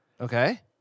Okay